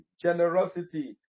generosity